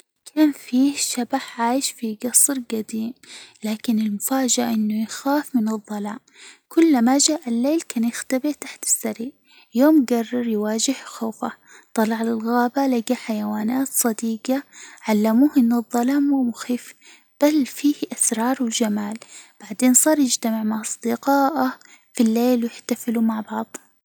كان فيه شبح عايش في جصر جديم، لكن المفاجأة إنه يخاف من الظلام، كل ما جاء الليل كان يختبئ تحت السرير، يوم جرر يواجه خوفه، طلع للغابة لجى حيوانات صديجة، علموه إنه الظلام مو مخيف بل فيه أسرار الجمال، بعدين صار يجتمع مع أصدقائه في الليل ويحتفلوا مع بعض.